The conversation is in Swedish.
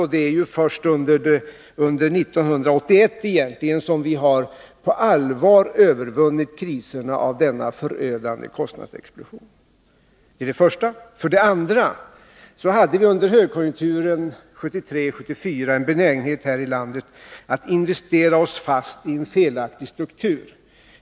Det är ju egentligen först under 1981 som vi på allvar har övervunnit kriserna till följd av denna förödande kostnadsexplosion. För det andra hade vi under högkonjunkturen 1973 och 1974 en benägenhet här i landet att investera oss fast i en felaktig struktur.